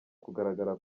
kugaragara